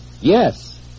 Yes